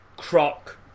Croc